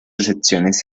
excepciones